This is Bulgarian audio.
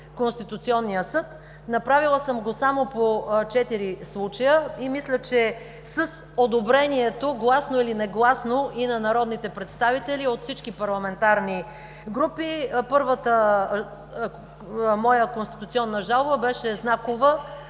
Конституционния съд. Направила съм го само по четири случая и мисля, че с одобрението – гласно или негласно, на народните представители от всички парламентарни групи. Първата моя конституционна жалба беше знакова,